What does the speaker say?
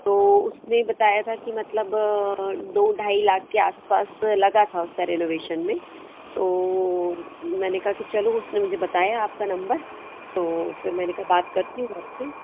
तो उसने बताया था की मतलब दो ढाई लाख के आस पास लगा था उसका रिनोवेसन में तो वो मैंने कहा कि चलो उसने मुझे बताया आपका नंबर तो फिर मैंने कहा बात करती हूँ आप से